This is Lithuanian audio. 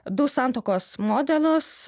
du santuokos modelius